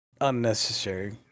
unnecessary